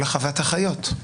אלא חוות החיות.